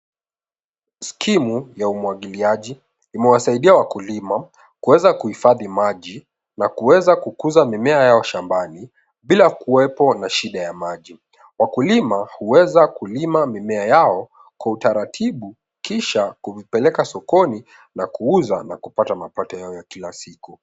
Skimu ya umwagiliaji nimewasaidia wakulima kuweza kuhifadhi maji na kuweza kukuza mimea yao shambani bila kuwepo na shida ya maji. Wakulima huweza kulima mimea yao kwa utaratibu kisha kuvipeleka sokoni na kuuza na kupata mapato hayo ya kila.